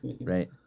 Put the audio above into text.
Right